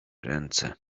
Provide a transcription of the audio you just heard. ręce